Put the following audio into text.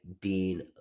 Dean